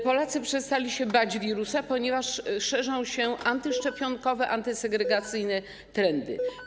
Polacy przestali się bać wirusa, ponieważ szerzą się antyszczepionkowe, antysegregacyjne trendy.